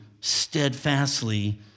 steadfastly